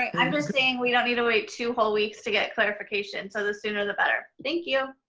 ah i'm just saying we don't need to wait two whole weeks to get clarification. so the sooner the better. thank you.